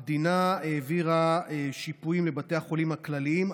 המדינה העבירה שיפויים לבתי החולים הכלליים,